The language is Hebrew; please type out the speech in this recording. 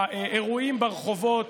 באירועים ברחובות.